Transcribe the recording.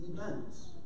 events